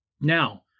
Now